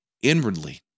inwardly